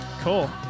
Cool